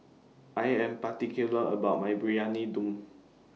I Am particular about My Briyani Dum